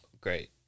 Great